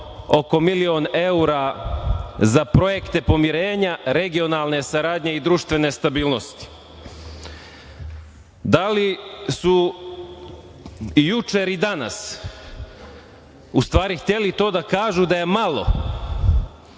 oko milion evra za projekte pomirenja, regionalne saradnje i društvene stabilnosti. Da li su juče i danas u stvari hteli to da kažu da je malo,